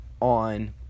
on